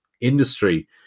industry